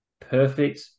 perfect